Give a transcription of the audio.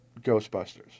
ghostbusters